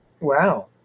Wow